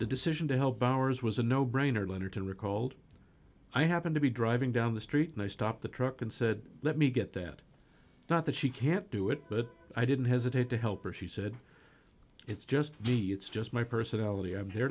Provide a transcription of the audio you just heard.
the decision to help ours was a no brainer leonard to recalled i happened to be driving down the street and i stopped the truck and said let me get that not that she can't do it but i didn't hesitate to help her she said it's just v b it's just my personality i'm here